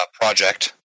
project